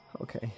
Okay